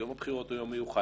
יום הבחירות הוא יום מיוחד,